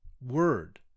word